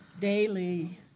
daily